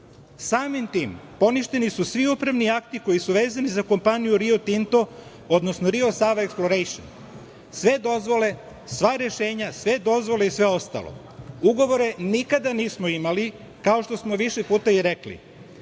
Samim tim poništeni su upravi akti koji su vezani za kompaniju Rio Tinto, odnosno „Rio Sava Eksplorejšn“, sve dozvole, sva rešenja i sve ostalo. Ugovore nikada nismo imali, kao što smo više puta i rekli.